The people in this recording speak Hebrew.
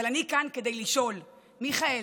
אבל אני כאן כדי לשאול: מיכאל,